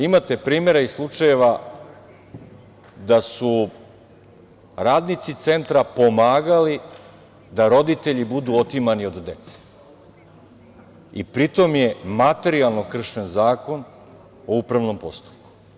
Imate primere i slučajeve da su radnici Centra pomagali da roditelji budu otimani od dece i pri tome je materijalno kršen Zakon o upravnom postupku.